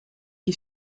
qui